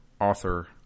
author